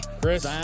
chris